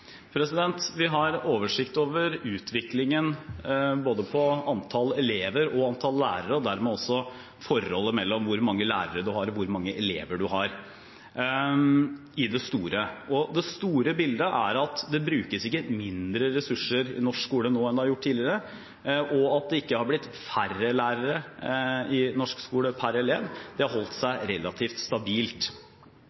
Vi har oversikt over utviklingen i både antall elever og antall lærere, og dermed også forholdet mellom hvor mange lærere man har og hvor mange elever man har – i det store. Og det store bildet er at det brukes ikke mindre ressurser i norsk skole nå enn det har vært gjort tidligere, og at det ikke har blitt færre lærere i norsk skole per elev – det har holdt seg